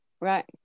Right